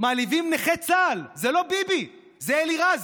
מעליבים נכה צה"ל, זה לא ביבי, זה אלירז,